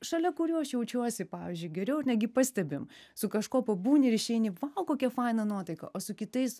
šalia kurių aš jaučiuosi pavyzdžiui geriau negi pastebim su kažkuo pabūni ir išeini va o kokia faina nuotaika o su kitais